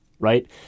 right